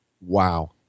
wow